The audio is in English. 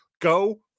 Go